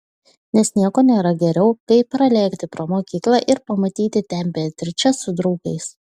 nes nieko nėra geriau kaip pralėkti pro mokyklą ir pamatyti ten beatričę su draugais